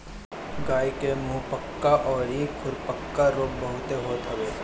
गाई के मुंहपका अउरी खुरपका रोग बहुते होते हवे